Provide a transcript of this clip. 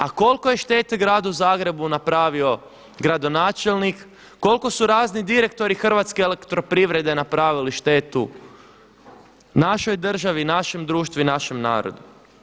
A koliko je štete gradu Zagrebu napravio gradonačelnik, koliko su razni direktori Hrvatske elektroprivrede napravili štetu našoj državi, našem društvu i našem narodu?